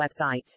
website